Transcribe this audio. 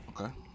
okay